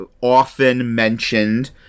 often-mentioned